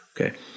Okay